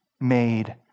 made